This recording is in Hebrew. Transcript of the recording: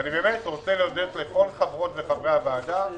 אני מודה לכל חברות וחברי הוועדה,